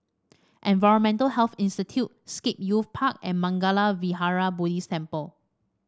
Environmental Health Institute Scape Youth Park and Mangala Vihara Buddhist Temple